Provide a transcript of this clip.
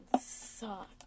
suck